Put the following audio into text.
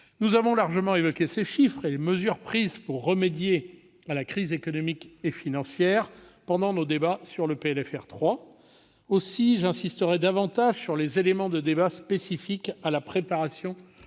Nous avons déjà largement mentionné ces chiffres, ainsi que les mesures prises pour remédier à la crise économique et financière, dans nos débats sur le PLFR 3. J'insisterai donc davantage sur les éléments de débat spécifiques à la préparation